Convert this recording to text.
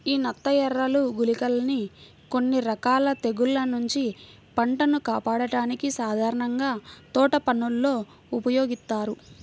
యీ నత్తఎరలు, గుళికలని కొన్ని రకాల తెగుల్ల నుంచి పంటను కాపాడ్డానికి సాధారణంగా తోటపనుల్లో ఉపయోగిత్తారు